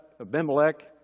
Abimelech